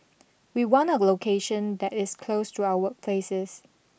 we want a location that is close to our workplaces